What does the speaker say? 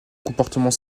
comportement